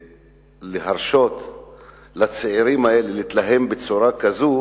ולהרשות לצעירים האלה להתלהם בצורה כזאת